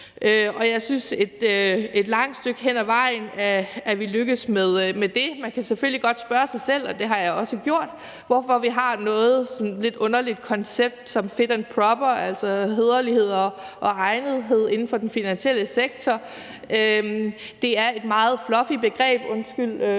ad vejen er lykkedes med det. Man kan selvfølgelig godt spørge sig selv – det har jeg også gjort – hvorfor vi har et sådan lidt underligt koncept som fit and proper, altså hæderlighed og egnethed, inden for den finansielle sektor. Det er et meget fluffy begreb, undskyld